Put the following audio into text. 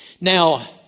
Now